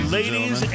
ladies